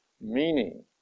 meaning